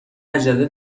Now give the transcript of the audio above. عجله